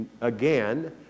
again